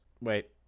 Wait